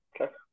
Okay